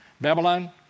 Babylon